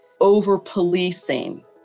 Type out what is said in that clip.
over-policing